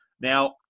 Now